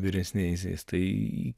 vyresniaisiais tai